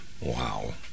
Wow